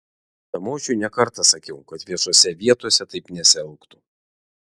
tamošiui ne kartą sakiau kad viešose vietose taip nesielgtų